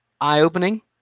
eye-opening